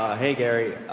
ah hey gary,